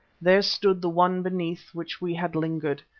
there stood the one beneath which we had lingered,